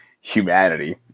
humanity